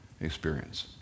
experience